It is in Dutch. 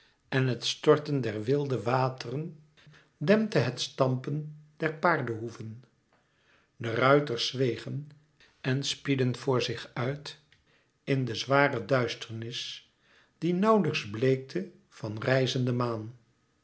en het storten der wilde wateren dempte het stampen der paardenhoeven de ruiters zwegen en spiedden voor zich uit in de zware duisternis die nauwlijks bleekte van rijzende maan